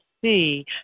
see